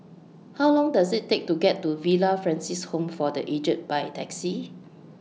How Long Does IT Take to get to Villa Francis Home For The Aged By Taxi